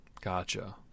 gotcha